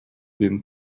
been